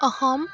Assam